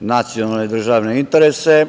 nacionalne državne interese,